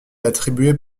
attribués